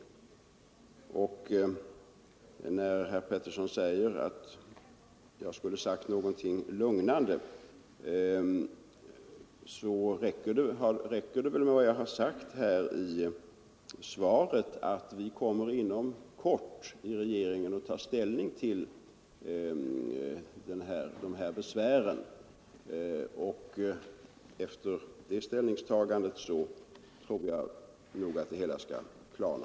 Herr Pettersson tycker att jag borde ha sagt någonting lugnande, men det räcker väl med vad jag sagt i svaret, nämligen att regeringen inom kort kommer att ta ställning till de besvär som har anförts. Efter det ställningstagandet tror jag nog att det hela skall klarna.